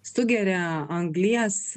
sugeria anglies